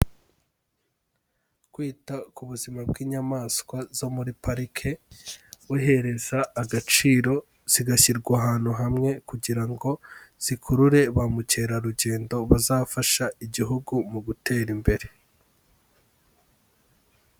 Kwita ku buzima bw'inyamaswa zo muri parike, buhereza agaciro zigashyirwa ahantu hamwe kugira ngo zikurure ba mukerarugendo bazafasha igihugu mu gutera imbere.